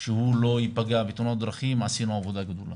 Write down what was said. שהוא לא ייפגע מתאונת דרכים, עשינו עבודה גדולה.